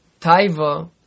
taiva